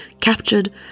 captured